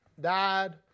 died